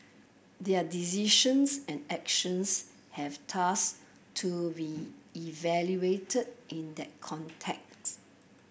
their decisions and actions have thus to be evaluated in that context